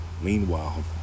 Meanwhile